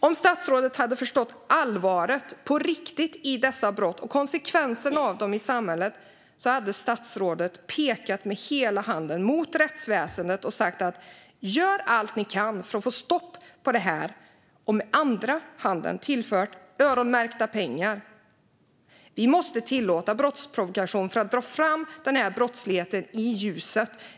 Om statsrådet hade förstått allvaret på riktigt i dessa brott och konsekvenserna av dem i samhället hade statsrådet pekat med hela handen mot rättsväsendet och sagt: Gör allt ni kan för att få stopp på detta! Med andra handen hade han tillfört öronmärkta pengar. Vi måste tillåta brottsprovokation för att dra fram denna brottslighet i ljuset.